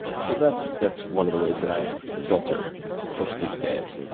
so that's that's one of the ways that i filter books these days.